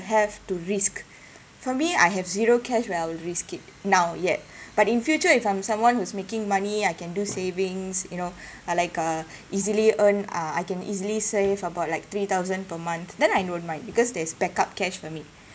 have to risk for me I have zero cash where I'll risk it now yet but in future if I'm someone who's making money I can do savings you know I like uh easily earn uh I can easily save about like three thousand per month then I don't mind because there's backup cash for me